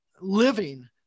living